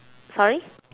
sorry